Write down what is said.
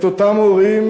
את אותם הורים,